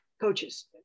coaches